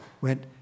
went